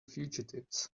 fugitives